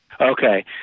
Okay